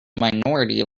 minority